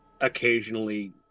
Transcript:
occasionally